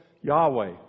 Yahweh